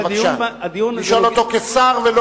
לשאול אותו כשר.